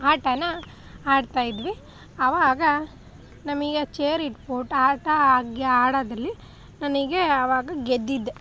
ಆಟಾನ ಆಡ್ತಾಯಿದ್ವಿ ಅವಾಗ ನಮಗೆ ಚೇರ್ ಇಟ್ಬಿಟ್ಟು ಆಟ ಆಗ ಆಡೋದ್ರಲ್ಲಿ ನನಗೆ ಅವಾಗ ಗೆದ್ದಿದ್ದೆ